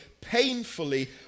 painfully